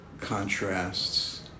contrasts